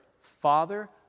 father